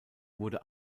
wurde